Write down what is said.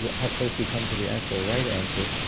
but how close we come to the actual right answer.